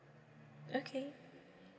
okay